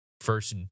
first